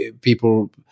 people